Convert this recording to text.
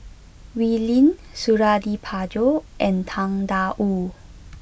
Wee Lin Suradi Parjo and Tang Da Wu